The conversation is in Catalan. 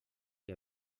que